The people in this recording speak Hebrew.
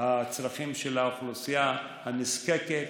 הצרכים של האוכלוסייה הנזקקת,